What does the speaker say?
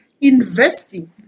investing